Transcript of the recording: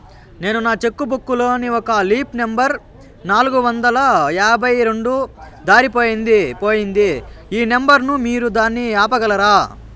నేను నా cheque book లోని ఒక లీఫ్ నెంబర్ నాలుగు వందల యాభై రెండు దారిపొయింది పోయింది ఈ నెంబర్ ను మీరు దాన్ని ఆపగలరా?